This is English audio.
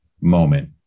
moment